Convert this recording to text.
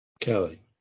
Kelly